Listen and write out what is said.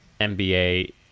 NBA